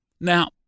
Now